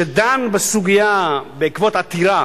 שדן בסוגיה בעקבות עתירה